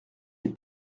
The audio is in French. est